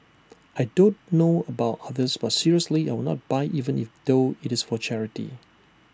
I don't know about others but seriously I will not buy even if though it's for charity